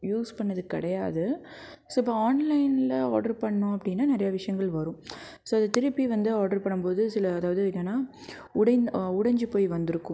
use பண்றது கிடையாது so இப்போ ஆன்லைன்ல ஆட்ரு பண்ணோம் அப்படின்னா நிறையா விஷயங்கள் வரும் ஸோ அதை திருப்பி வந்து ஆட்ரு பண்ணும்போது சில அதாவது என்னென்ன உடைந்து உடைஞ்சு போய் வந்திருக்கும்